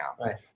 right